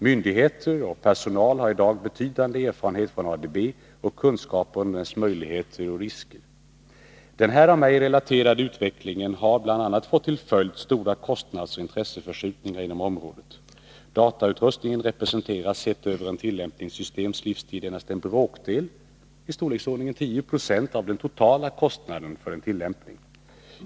Myndigheter och personal har i dag betydande erfarenhet från ADB och kunskaper om dess möjligheter och risker. Den här av mig relaterade utvecklingen har bl.a. fått till följd stora kostnadsoch intresseförskjutningar inom området. Datorutrustningen representerar, sett över ett tillämpningssystems livstid, endast en bråkdel — i storleksordningen 10 26 — av den totala kostnaden för en tillämpning.